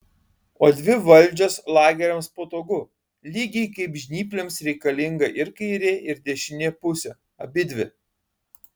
o dvi valdžios lageriams patogu lygiai kaip žnyplėms reikalinga ir kairė ir dešinė pusė abidvi